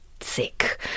sick